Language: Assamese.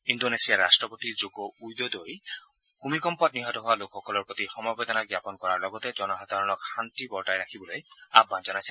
ইণ্ডোনেছিয়াৰ ৰাট্টপতি জোকো ৱিডোডোই ভূমিকম্পত নিহত হোৱা লোকসকলৰ প্ৰতি সমবেদনা জ্ঞাপন কৰাৰ লগতে জনসাধাৰণক শান্তি বৰ্তাই ৰাখিবলৈ আহ্বান জনাইছে